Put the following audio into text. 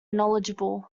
knowledgeable